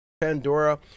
Pandora